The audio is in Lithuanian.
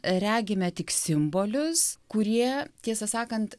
regime tik simbolius kurie tiesą sakant